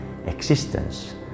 existence